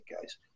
guys